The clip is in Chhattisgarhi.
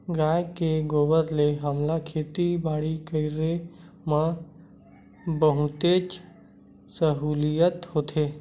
गाय के गोबर ले हमला खेती बाड़ी करे म बहुतेच सहूलियत होथे